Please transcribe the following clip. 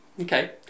Okay